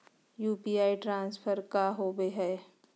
UPI transfer का होव हई?